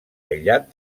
aïllat